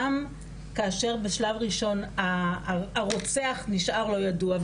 גם כאשר בשלב ראשון הרוצח נשאר לא ידוע,